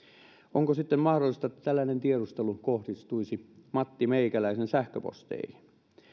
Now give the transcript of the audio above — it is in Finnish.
onko sitten mahdollista että tällainen tiedustelu kohdistuisi matti meikäläisen sähköposteihin